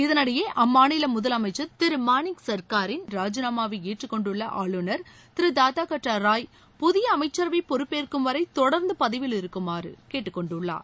இதனிடையே அம்மாநில முதலமைச்சர் திரு மாணிக் சர்க்காரின் ராஜினாமாவை ஏற்றுக் கொண்டுள்ள ஆளுநர் திரு தாதாகாட்டா ராய் புதிய அமைச்சரவை பொறப்பேற்கும்வரை தொடர்ந்து பதவியிலிருக்குமாறு கேட்டுக் கொண்டுள்ளார்